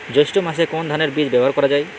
জৈষ্ঠ্য মাসে কোন ধানের বীজ ব্যবহার করা যায়?